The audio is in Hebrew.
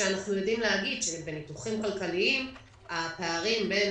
ואנחנו יודעים להגיד שבניתוחים כלכליים הפערים בין